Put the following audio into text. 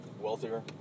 wealthier